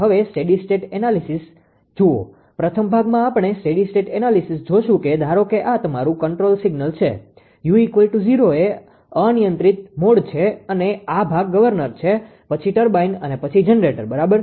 હવે steady state analysis state analysisસ્થિર સ્થિતિ વિશ્લેષણ જુઓ પ્રથમ ભાગમાં આપણે સ્ટેડી સ્ટેટ એનાલિસીસ જોશું કે ધારો કે આ તમારું કન્ટ્રોલ સિગ્નલ છે u૦ એ અનિયંત્રિત મોડ છે અને આ ભાગ ગવર્નર છે પછી ટર્બાઇન અને પછી જનરેટર બરાબર